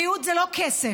בריאות זה לא כסף.